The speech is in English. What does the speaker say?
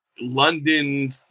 London